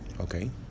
okay